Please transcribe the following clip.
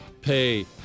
pay